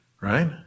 Right